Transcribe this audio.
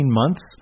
months